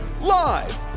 Live